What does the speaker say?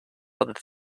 other